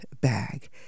bag